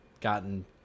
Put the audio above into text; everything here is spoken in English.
gotten